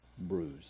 bruised